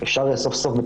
כל